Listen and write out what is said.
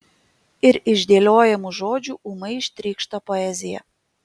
ir iš dėliojamų žodžių ūmai ištrykšta poezija